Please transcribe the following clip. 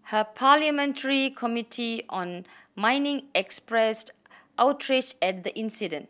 her parliamentary committee on mining expressed outrage at the incident